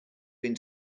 been